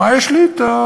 מה יש לי אתו?